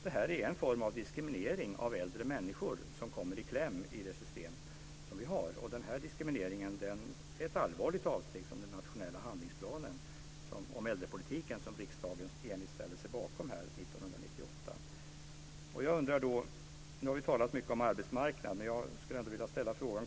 Det här är en form av diskriminering av äldre människor som kommer i kläm i det system som vi har. Den här diskrimineringen är ett allvarligt avsteg från den nationella handlingsplan om äldrepolitiken som riksdagen enig ställde sig bakom 1998. Vi har talat mycket om arbetsmarknaden.